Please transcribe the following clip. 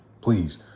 please